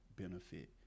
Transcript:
benefit